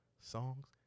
songs